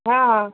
हा आ